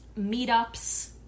meetups